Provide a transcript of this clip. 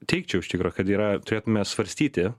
teikčiau iš tikro kad yra turėtume svarstyti